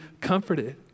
comforted